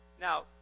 Now